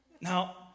Now